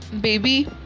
baby